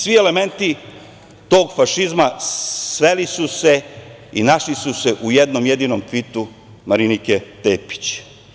Svi elementi tog fašizma sveli su se i našli su se u jednom jedinom tvitu Marinike Tepić.